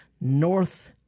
north